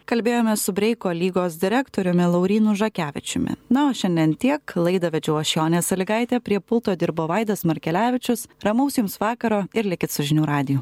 kalbėjomės su breiko lygos direktoriumi laurynu žakevičiumi na o šiandien tiek laidą vedžiau aš jonė sąlygaitė prie pulto dirbo vaidas markelevičius ramaus jums vakaro ir likit su žinių radiju